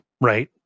right